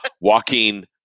walking